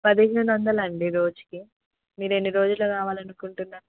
పదిహేను వందలండి రోజుకి మీరు ఎన్ని రోజులు కావాలి అనుకుంటున్నారు